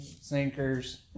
sinkers